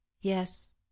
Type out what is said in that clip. Yes